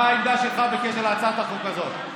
מה העמדה שלך בקשר להצעת החוק הזאת?